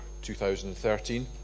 2013